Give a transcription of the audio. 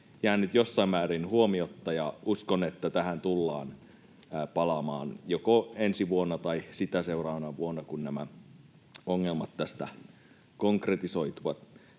jäänyt jossain määrin huomiotta, ja uskon, että tähän tullaan palaamaan joko ensi vuonna tai sitä seuraavana vuonna, kun nämä ongelmat tästä konkretisoituvat.